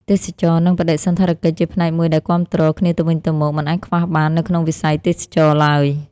ទេសចរណ៍និងបដិសណ្ឋារកិច្ចជាផ្នែកមួយដែលគាំទ្រគ្នាទៅវិញទៅមកមិនអាចខ្វះបាននៅក្នុងវិស័យទេសចរណ៍ទ្បើយ។